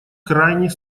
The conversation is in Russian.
крайний